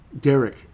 Derek